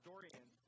Dorian